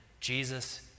Jesus